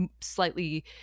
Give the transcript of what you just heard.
slightly